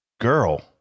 girl